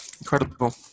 incredible